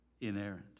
inerrant